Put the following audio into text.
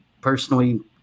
personally